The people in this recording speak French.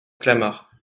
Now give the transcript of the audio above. clamart